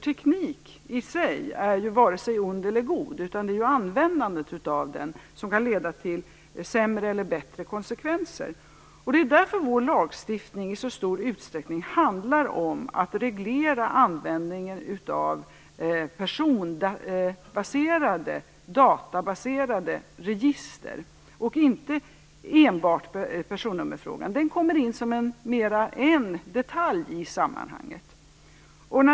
Teknik är i sig varken ond eller god, utan det är användandet av den som kan leda till sämre eller bättre konsekvenser. Det är därför vår lagstiftning i så stor utsträckning handlar om att reglera användningen av databaserade personregister och inte enbart personnummerfrågan. Den kommer in som en detalj i sammanhanget.